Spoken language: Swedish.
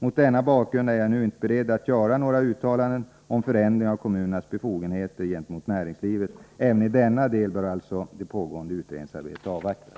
Mot denna bakgrund är jag nu inte beredd att göra några uttalanden om förändring av kommunernas befogenheter gentemot näringslivet. Även i denna del bör alltså det pågående utredningsarbetet avvaktas.